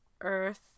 Earth